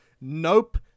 nope